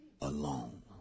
alone